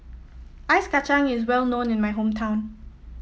Ice Kacang is well known in my hometown